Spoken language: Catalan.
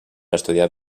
estudiar